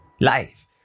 life